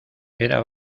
era